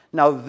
now